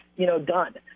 you know, done.